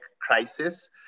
crisis